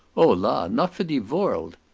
olar! not for de vorld.